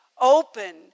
Open